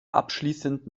abschließend